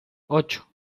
ocho